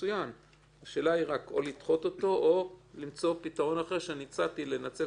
שמי שמקבל שירות ולא מקבל חשבונית הוא בעצמו מסייע לביצוע